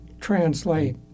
Translate